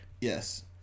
Yes